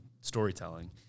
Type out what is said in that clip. storytelling –